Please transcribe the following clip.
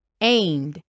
aimed